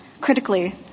Critically